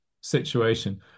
situation